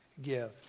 give